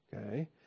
Okay